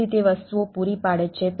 તેથી તે વસ્તુઓ પૂરી પાડે છે